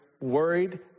worried